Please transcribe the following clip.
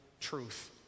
truth